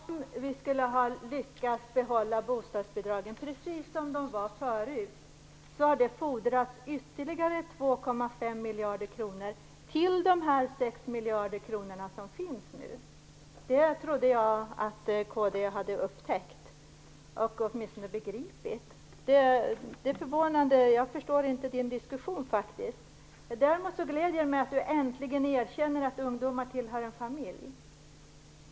Herr talman! Om vi skulle ha lyckats behålla bostadsbidragen precis som de var förut, hade det fordrats ytterligare 2,5 miljarder kronor till de 6 miljarderna som nu finns. Det trodde jag att kd hade upptäckt eller åtminstone begripit. Det är förvånande att man inte gjort det, och jag förstår faktiskt inte Ulf Däremot gläder det mig att Ulf Björklund äntligen erkänner att ungdomar tillhör en familj.